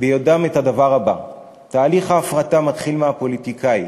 ביודעם את הדבר הבא: תהליך ההפרטה מתחיל מהפוליטיקאי.